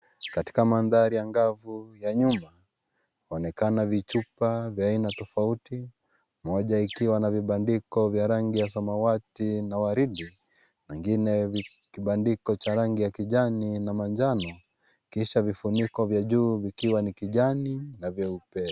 Katika mandhari angavu ya nyumba. Inaonekana vichupa vya aina tofauti. Moja ikiwa na vibandiko vya rangi ya samawati na waridi, vingine kibandiko cha rangi ya kijani na manjano, kisha vifuniko vya juu vikiwa ni vya kijani na vyeupe.